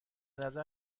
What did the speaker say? نظر